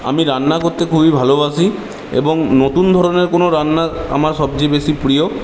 আমি রান্না করতে খুবই ভালোবাসি এবং নতুন ধরনের কোনো রান্না আমার সবচেয়ে বেশি প্রিয়